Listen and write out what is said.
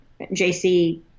JC